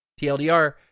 TLDR